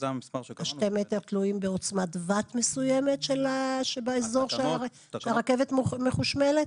שני המטרים תלויים בעוצמת ואט מסוימת שבאזור שהרכבת מחושמלת?